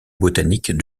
botanique